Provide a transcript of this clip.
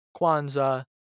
Kwanzaa